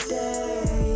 day